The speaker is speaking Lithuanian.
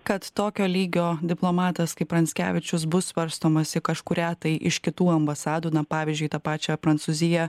kad tokio lygio diplomatas kaip pranckevičius bus svarstomas į kažkurią tai iš kitų ambasadų na pavyzdžiui tą pačią prancūziją